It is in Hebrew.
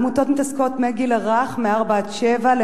העמותות מתעסקות בילדים מהגיל הרך, מגיל ארבע שבע.